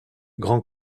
grand